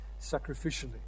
sacrificially